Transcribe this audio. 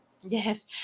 Yes